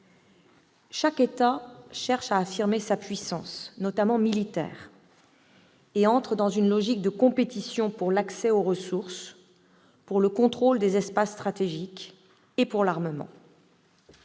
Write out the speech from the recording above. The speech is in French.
Chaque État cherche à affirmer sa puissance, notamment militaire, et entre dans une logique de compétition pour l'accès aux ressources, pour le contrôle des espaces stratégiques et pour l'armement.